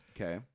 Okay